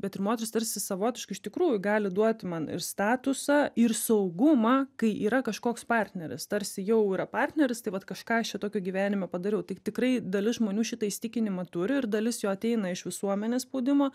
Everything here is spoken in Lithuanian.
bet ir moteris tarsi savotiškai iš tikrųjų gali duoti man ir statusą ir saugumą kai yra kažkoks partneris tarsi jau yra partneris tai vat kažką aš čia tokio gyvenime padariau tai tikrai dalis žmonių šitą įsitikinimą turi ir dalis jo ateina iš visuomenės spaudimo